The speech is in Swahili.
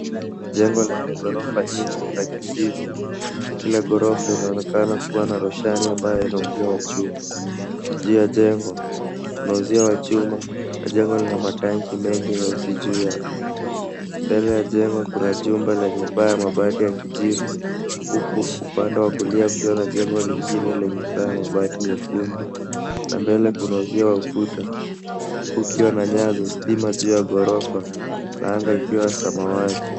Jengo lenye ghorofa nyingi ya kijivu na kila ghorofa inaonekana kuwa na roshani ambayo ina uzio wa chuma. Juu ya jengo kuna uzio wa chuma na jengo lina matanki mengi nyeusi juu yake. Mbele ya jengo kuna kumba lenye paa ya mabati ya kijivu huku upande wa kulia kukiwa na jengo lingine lenye paa ya mabati nyekundu na mbele kuna uzio wa ukuta huku kukiwa na nyaya ya stima juu ya ghorofa na anga ikiwa ya samawati.